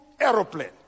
aeroplane